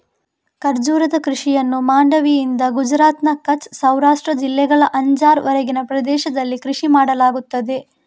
ಖರ್ಜೂರದ ಕೃಷಿಯನ್ನು ಮಾಂಡವಿಯಿಂದ ಗುಜರಾತ್ನ ಕಚ್ ಸೌರಾಷ್ಟ್ರ ಜಿಲ್ಲೆಗಳ ಅಂಜಾರ್ ವರೆಗಿನ ಪ್ರದೇಶದಲ್ಲಿ ಕೃಷಿ ಮಾಡಲಾಗುತ್ತದೆ